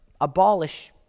abolish